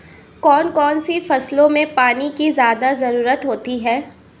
कौन कौन सी फसलों में पानी की ज्यादा ज़रुरत होती है?